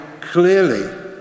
clearly